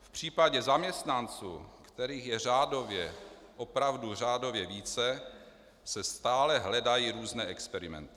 V případě zaměstnanců, kterých je řádově, opravdu řádově více, se stále hledají různé experimenty.